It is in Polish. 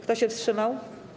Kto się wstrzymał?